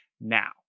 now